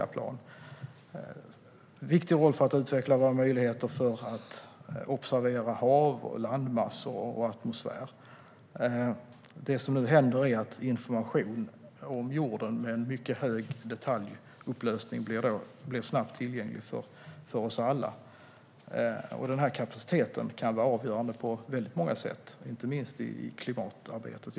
De har en viktig roll för att utveckla våra möjligheter att observera hav, landmassor och atmosfär. Det som nu händer är att information om jorden med mycket hög detaljupplösning snabbt blir tillgänglig för oss alla. Den kapaciteten kan vara avgörande på många sätt, inte minst i klimatarbetet.